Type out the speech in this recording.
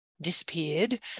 disappeared